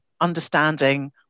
understanding